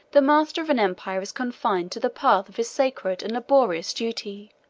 the master of an empire is confined to the path of his sacred and laborious duty.